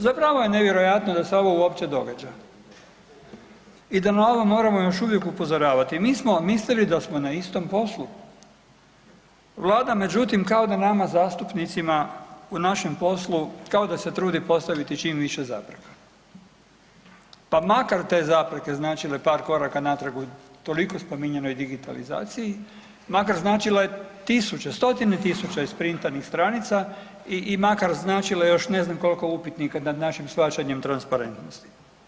Zapravo je nevjerojatno da se ovo uopće događa i da na ovo moramo još uvijek upozoravati, nismo, niste vi da smo na istom poslu, Vlada međutim kao da nama zastupnicima u našem poslu kao da se trudi postaviti čim više zapreka pa makar te zapreke značile par koraka natrag u toliko spominjanoj digitalizaciji, makar značile tisuće, stotine tisuća isprintanih stranica i makar značile još ne znam koliko upitnika nad našim shvaćanjem transparentnosti.